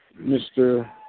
Mr